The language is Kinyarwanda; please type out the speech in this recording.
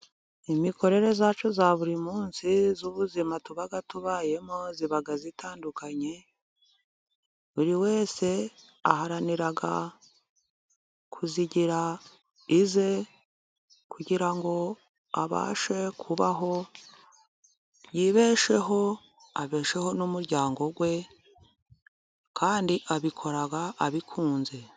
Imikorere yacu ya buri munsi y'ubuzima tuba tubayemo iba zitandukanye, buri wese aharanira kuyigira iye kugira ngo abashe kubaho yibesheho, abesheho n'umuryango we kandi abikora abikunze.